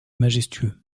majestueux